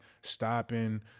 stopping